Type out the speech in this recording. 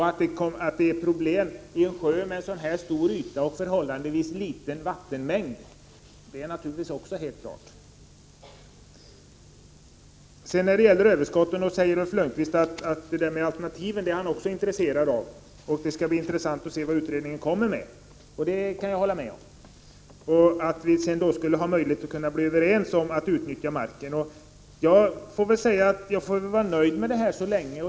Att det blir problem i en sjö med så stor yta och förhållandevis liten vattenmängd som Ringsjön är naturligtvis också helt klart. Beträffande produktionsöverskotten säger Ulf Lönnqvist att också han är intresserad av alternativa lösningar. Han säger också att det skall bli intressant att se vad utredningen kommer fram till, och det kan jag hålla med om. Enligt Ulf Lönnqvist skulle det därför vara möjligt för oss att bli överens om hur marken skall utnyttjas. Jag får väl vara nöjd med detta så länge.